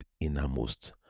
innermost